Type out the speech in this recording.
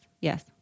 yes